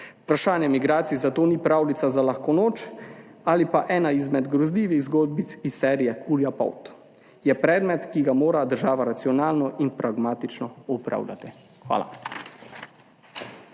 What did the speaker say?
Vprašanje migracij zato ni pravljica za lahko noč ali pa ena izmed grozljivih zgodbic iz serije Kurja polt, je predmet, ki ga mora država racionalno in pragmatično opravljati. Hvala.